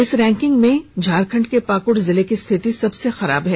इस रैंकिंग में झारखंड के पाकुड़ जिले की स्थिति सबसे खराब है